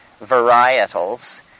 varietals